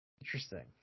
Interesting